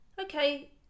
okay